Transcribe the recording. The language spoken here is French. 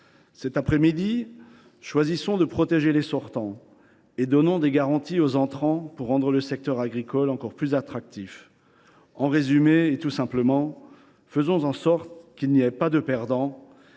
Cet après midi, choisissons de protéger les sortants, et donnons des garanties aux entrants pour rendre le secteur agricole encore plus attractif. En résumé, faisons tout simplement en sorte qu’il n’y ait pas de perdants